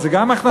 אז זו גם הכנסה.